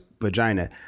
vagina